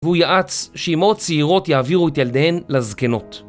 והוא יעץ שאמהות צעירות יעבירו את ילדיהן לזקנות.